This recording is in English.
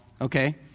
Okay